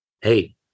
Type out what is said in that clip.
hey